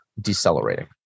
decelerating